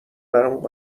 برام